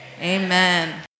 amen